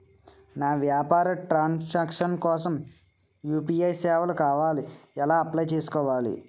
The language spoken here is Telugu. నా వ్యాపార ట్రన్ సాంక్షన్ కోసం యు.పి.ఐ సేవలు కావాలి ఎలా అప్లయ్ చేసుకోవాలి?